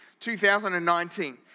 2019